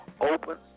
open